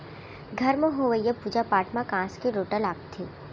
घर म होवइया पूजा पाठ म कांस के लोटा लागथे